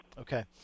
Okay